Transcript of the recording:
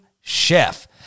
chef